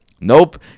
Nope